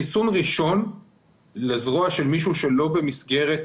חיסון ראשון לזרוע של מישהו שלא במסגרת